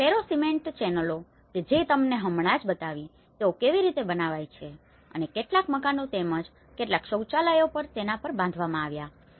અને ferro cement ચેનલો કે જે મેં તમને હમણાં જ બતાવી છે કે તેઓ કેવી રીતે બનાવાય છે અને કેટલાક મકાનો તેમજ કેટલાક શૌચાલયો પણ તેના પર બાંધવામાં આવ્યા હતા